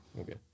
Okay